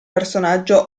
personaggio